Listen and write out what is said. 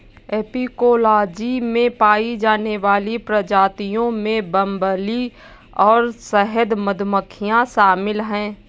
apicology में पाई जाने वाली प्रजातियों में बंबलबी और शहद मधुमक्खियां शामिल हैं